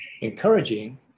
encouraging